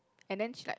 and then she like